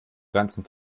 ganzen